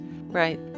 Right